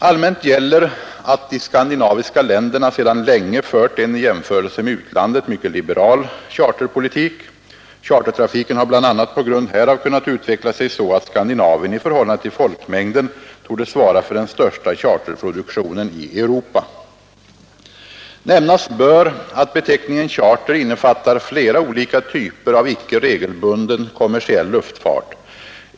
Allmänt gäller att de skandinaviska länderna sedan länge fört en i jämförelse med utlandet mycket liberal charterpolitik. Chartertrafiken har bl.a. på grund härav kunnat utveckla sig så att Skandinavien i förhållande till folkmängden torde svara för den största charterproduktionen i Europa. Nämnas bör att beteckningen charter innefattar flera olika typer av icke regelbunden kommersiell luftfart.